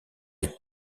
est